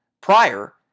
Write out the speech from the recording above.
Prior